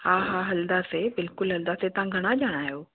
हा हा हलंदासीं बिल्कुलु हलंदासीं तव्हां घणा ॼणा आहियो